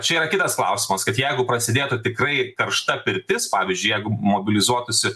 čia yra kitas klausimas kad jeigu prasidėtų tikrai karšta pirtis pavyzdžiui jeigu mobilizuotųsi